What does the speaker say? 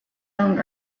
own